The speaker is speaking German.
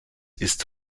ist